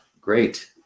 great